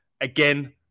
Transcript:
Again